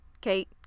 Kate